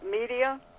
media